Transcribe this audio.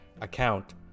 account